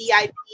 VIP